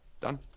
Done